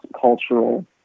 Cultural